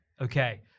Okay